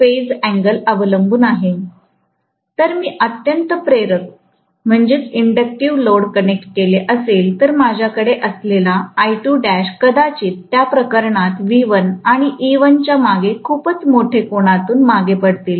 जर मी अत्यंत प्रेरक लोड कनेक्ट केले असेल तर माझ्याकडे असलेला कदाचित त्या प्रकरणात V1 किंवा E1 च्या मागे खूपच मोठे कोनातून मागे पडतील